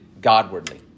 godwardly